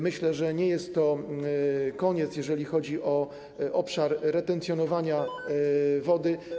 Myślę, że nie jest to koniec, jeżeli chodzi o obszar retencjonowania wody.